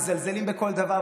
מזלזלים בכל דבר,